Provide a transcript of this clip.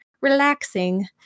relaxing